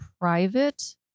private